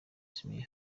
smith